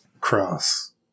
Cross